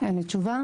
אין לי תשובה.